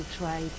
try